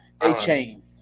A-Chain